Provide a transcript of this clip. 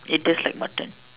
it tastes like mutton